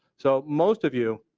so most of you,